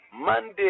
Monday